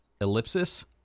Ellipsis